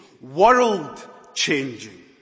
world-changing